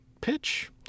pitch